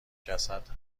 جسد